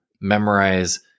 memorize